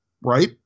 Right